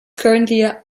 currently